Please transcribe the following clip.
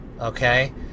Okay